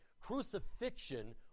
Crucifixion